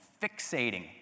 fixating